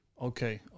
Okay